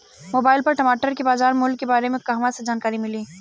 Mobile पर टमाटर के बजार मूल्य के बारे मे कहवा से जानकारी मिली?